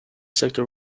sector